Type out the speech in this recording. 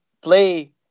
play